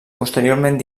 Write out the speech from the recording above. posteriorment